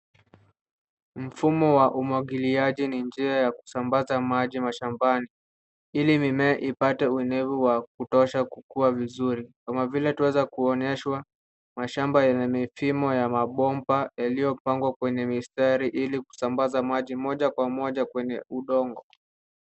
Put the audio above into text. Mfumo wa umwagiliaji ni njia ya kusambaza maji mashambani ili mimea ipate unyevu wa kutosha kukua vizuri. Kama vile tunaweza kuonyeshwa mashamba yana misimo ya mabomba yaliyopangwa kwenye mistari ili kusambaza maji moja kwa moja kwenye udongo.